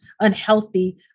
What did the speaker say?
unhealthy